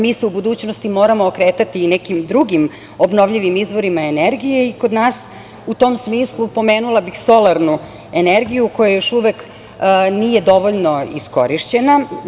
Mi se u budućnosti moramo okretati i nekim drugim obnovljivim izvorima energije i kod nas, u tom smislu, pomenula bih solarnu energiju, koja još uvek nije dovoljno iskorišćena.